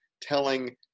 telling